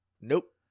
Nope